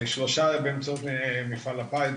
שלושה באמצעות מפעל הפיס,